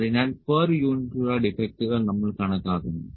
അതിനാൽ പെർ യൂണിറ്റിലുള്ള ഡിഫെക്ടുകൾ നമ്മൾ കണക്കാക്കുന്നു